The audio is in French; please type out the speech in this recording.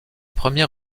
premier